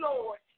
Lord